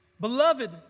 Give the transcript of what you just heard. Beloved